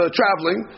traveling